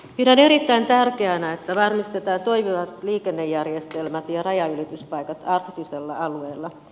pidän erittäin tärkeänä että varmistetaan toimivat liikennejärjestelmät ja rajanylityspaikat arktisella alueella